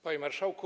Panie Marszałku!